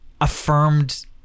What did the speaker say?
affirmed